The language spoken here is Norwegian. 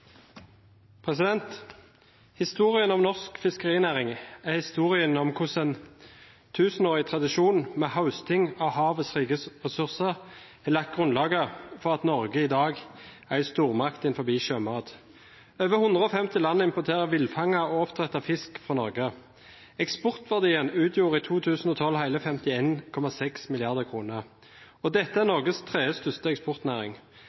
vårt. Historien om norsk fiskerinæring er historien om hvordan en tusenårig tradisjon med høsting av havets rike ressurser har lagt grunnlaget for at Norge i dag er en stormakt innen sjømat. Over 150 land importerer villfanget og oppdrettet fisk fra Norge. Eksportverdien utgjorde i 2012 hele 51,6 mrd. kr. Dette er Norges tredje største eksportnæring.